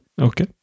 Okay